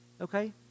Okay